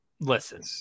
listen